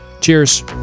Cheers